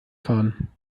fahren